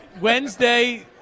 Wednesday